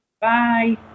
Bye